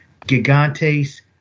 gigantes